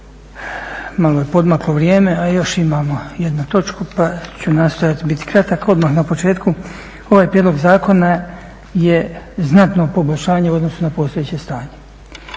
Malo je poodmaklo vrijeme, a još imamo jednu točki pa ću nastojati biti kratak odmah na početku. Ovaj prijedlog zakona je znatno poboljšanje u odnosu na postojeće stanje